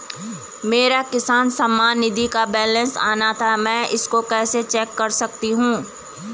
मेरा किसान सम्मान निधि का बैलेंस आना था मैं इसको कैसे चेक कर सकता हूँ?